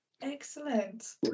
excellent